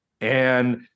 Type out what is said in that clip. And-